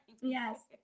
Yes